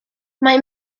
mae